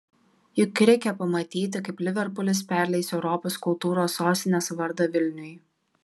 juk reikia pamatyti kaip liverpulis perleis europos kultūros sostinės vardą vilniui